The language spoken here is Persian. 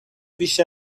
بیش